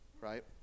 right